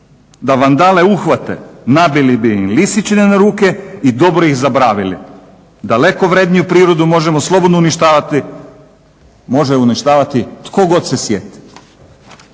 Da vandale uhvate nabili bi im lisičine na ruke i dobro ih zabravili. Daleko vrjedniju prirodu možemo slobodno uništavati, može uništavati tko god se sjeti.